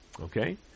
Okay